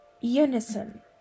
unison